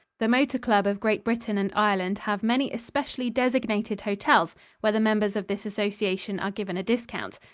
the motor club of great britain and ireland have many especially designated hotels where the members of this association are given a discount.